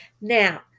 now